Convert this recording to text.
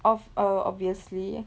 obv~ err obviously